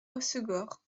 hossegor